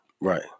Right